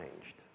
changed